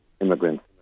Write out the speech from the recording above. immigrants